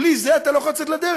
בלי זה אתה לא יכול לצאת לדרך.